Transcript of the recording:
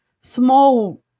small